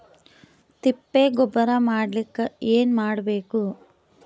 ತಿಪ್ಪೆ ಗೊಬ್ಬರ ಮಾಡಲಿಕ ಏನ್ ಮಾಡಬೇಕು?